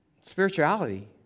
spirituality